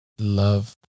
Love